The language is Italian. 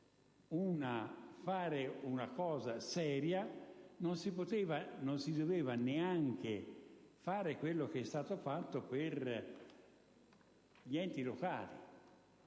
fare una cosa seria non si sarebbe neanche dovuto fare quello che è stato fatto per gli enti locali.